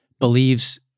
believes